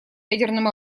ядерным